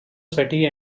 sweaty